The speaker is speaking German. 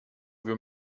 wir